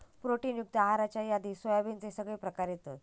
protein युक्त आहाराच्या यादीत सोयाबीनचे सगळे प्रकार येतत